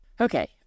Okay